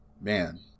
man